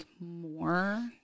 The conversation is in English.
more